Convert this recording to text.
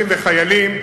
וחיילים,